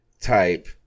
type